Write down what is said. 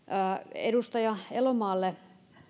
edustaja elomaalle